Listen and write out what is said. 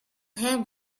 him